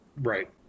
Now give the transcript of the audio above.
Right